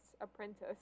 apprentice